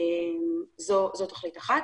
זאת תכלית אחת.